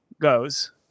goes